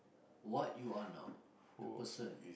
what you are now the person